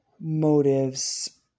motives